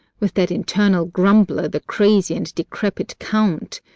with that eternal grumbler, the crazy and decrepit count?